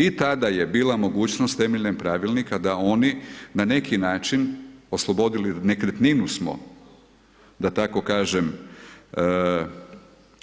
I tada je bila mogućnost temeljem pravilnika da oni na neki način, oslobodili, nekretninu smo, da tko kažem,